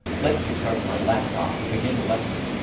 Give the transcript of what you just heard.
let me start my laptop to begin the lesson.